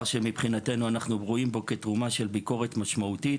שמבחינתנו אנחנו רואים בו כתרומה של ביקורת משמעותית.